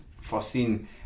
foreseen